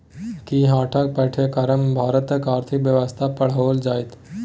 कि अहाँक पाठ्यक्रममे भारतक आर्थिक व्यवस्था पढ़ाओल जाएत?